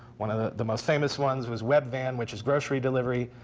one of the the most famous ones was webvan, which is grocery delivery.